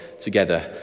together